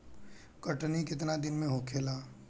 कटनी केतना दिन में होखेला?